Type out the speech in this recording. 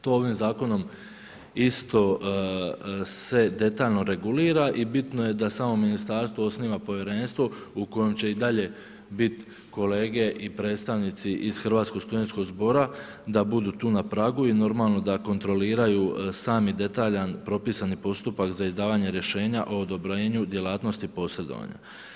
To ovim zakonom isto se detaljno regulira i bitno je da samo ministarstvo osniva povjerenstvo u kojem će i dalje biti kolege i predstavnici iz Hrvatskog studentskog zbora da budu tu na pragu i normalno da kontroliraju sami detaljan propisani postupak za izdavanje rješenja o odobrenju djelatnosti posredovanja.